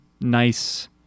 nice